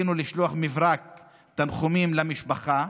רצינו לשלוח מברק תנחומים למשפחה,